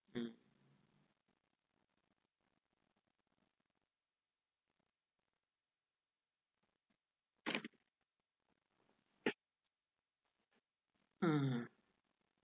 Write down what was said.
mm mm